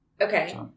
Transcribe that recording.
Okay